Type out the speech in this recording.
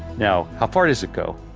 now, how far does it go?